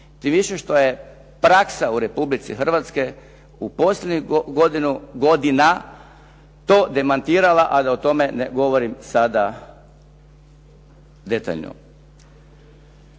tim više što je praksa u Republici Hrvatskoj posljednjih godina to demantirala a da o tome ne govorim sada detaljno.